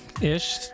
ish